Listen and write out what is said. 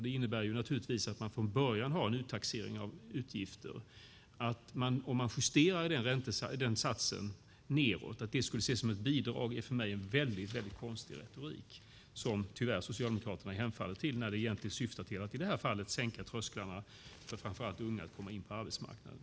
Det innebär att man från början har en uttaxering av utgifter. Att se det som ett bidrag när man justerar den satsen nedåt är för mig en konstig retorik, som tyvärr Socialdemokraterna hemfaller till, när det egentligen syftar till att i det här fallet sänka trösklarna för framför allt unga att komma in på arbetsmarknaden.